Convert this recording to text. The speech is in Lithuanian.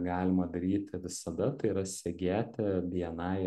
galima daryti visada tai yra segėti bni